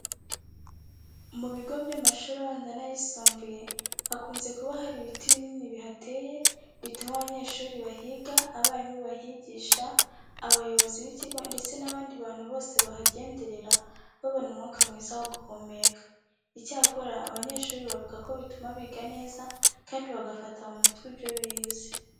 Mu bigo by'amashuri abanza n'ayisumbuye hakunze kuba hari ibiti binini bihateye bituma abanyeshuri bahiga, abarimu bahigisha, abayobozi b'ikigo ndetse n'abandi bantu bose bahagenderera babona umwuka mwiza wo guhumeka. Icyakora abanyeshuri bavuga ko bituma biga neza kandi bagafata mu mutwe ibyo bize.